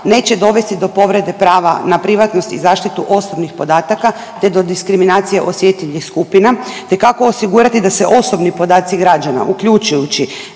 neće dovesti do povrede prava na privatnost i zaštitu osobnih podataka, te do diskriminacije osjetljivih skupina, te kako osigurati da se osobni podaci građana uključujući